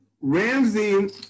Ramsey